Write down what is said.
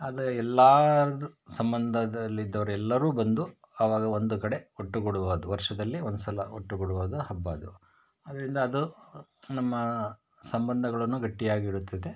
ಆದರೆ ಎಲ್ಲರದ್ದು ಸಂಬಂಧದಲ್ಲಿದ್ದವ್ರು ಎಲ್ಲರೂ ಬಂದು ಅವಾಗ ಒಂದು ಕಡೆ ಒಟ್ಟುಗೂಡುವದ್ದು ವರ್ಷದಲ್ಲಿ ಒಂದ್ಸಲ ಒಟ್ಟುಗೂಡುವುದು ಹಬ್ಬ ಅದು ಆದ್ದರಿಂದ ಅದು ನಮ್ಮ ಸಂಬಂಧಗಳನ್ನು ಗಟ್ಟಿಯಾಗಿಡುತ್ತದೆ